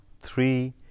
three